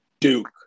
Duke